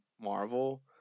Marvel